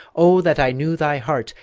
o, that i knew thy heart,